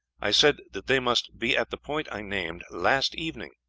i said that they must be at the point i named last evening.